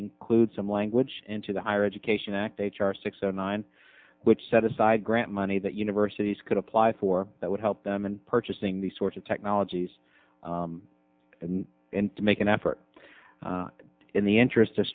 include some language into the higher education act h r six o nine which set aside grant money that universities could apply for that would help them in purchasing these sorts of technologies and to make an effort in the interest